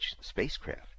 spacecraft